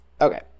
okay